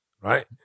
right